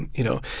and you know,